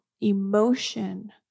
emotion